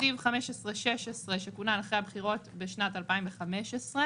בתקציב 2016-2015, שכונן אחרי הבחירות בשנת 2015,